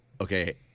okay